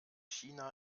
china